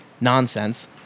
nonsense